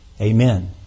Amen